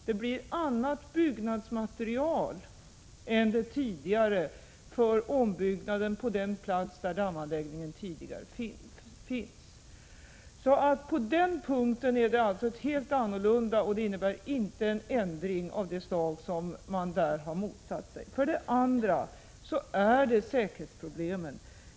Det blir annat byggnadsmaterial än tidigare för ombyggnaden på den plats där dammanläggningen finns sedan tidigare. På den punkten är det alltså helt annorlunda, och detta innebär inte en ändring av det slag som man i Ånge kommun motsatt sig. Det andra är säkerhetsproblemen.